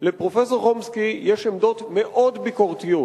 לפרופסור חומסקי יש עמדות מאוד ביקורתיות